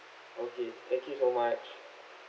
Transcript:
okay thank you so much